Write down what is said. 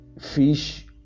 fish